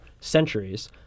centuries